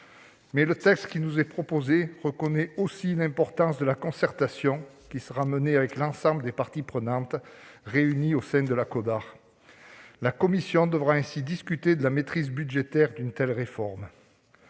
Le texte qui nous est proposé reconnaît aussi l'importance de la concertation avec l'ensemble des parties prenantes, réunies au sein de la Codar. La commission devra ainsi discuter de la maîtrise budgétaire d'une telle réforme.